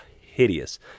hideous